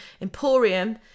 emporium